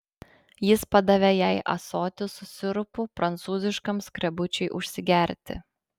jis padavė jai ąsotį su sirupu prancūziškam skrebučiui užsigerti